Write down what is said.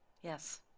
Yes